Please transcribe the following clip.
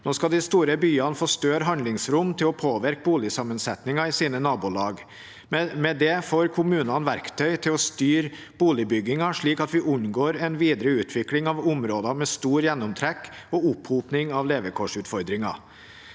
Nå skal de store byene få større handlingsrom til å påvirke boligsammensettingen i sine nabolag. Med det får kommunene verktøy til å styre boligbyggingen slik at vi unngår en videre utvikling av områder med stor gjennomtrekk og opphoping av levekårsutfordringer.